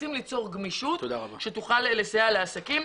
מנסים ליצור גמישות שתוכל לסייע לעסקים.